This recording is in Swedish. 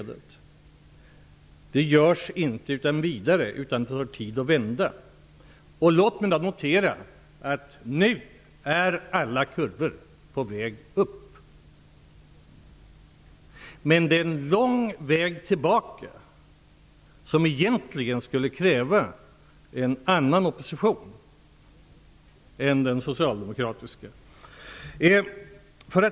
Det görs inte utan vidare, utan det tar tid att stoppa skredet. Låt mig då notera att alla kurvor nu är på väg upp. Men det är en lång väg tillbaka som egentligen skulle kräva en annan opposition än den socialdemokratiska.